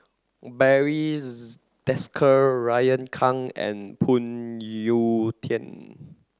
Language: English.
Barry Desker Raymond Kang and Phoon Yew Tien